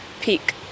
peak